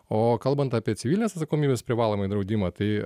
o kalbant apie civilinės atsakomybės privalomąjį draudimą tai